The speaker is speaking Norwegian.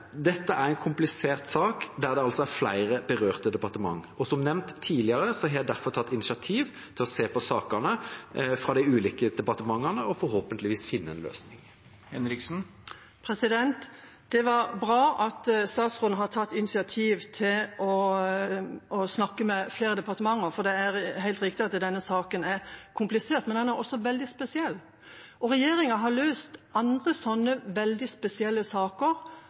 Dette er en komplisert sak der det altså er flere berørte departement, og som nevnt tidligere har jeg derfor tatt initiativ til å se på sakene sammen med de ulike departementene og forhåpentligvis finne en løsning. Det er bra at statsråden har tatt initiativ til å snakke med flere departement, for det er helt riktig at denne saken er komplisert, men den er også veldig spesiell. Og regjeringa har løst andre sånne veldig spesielle saker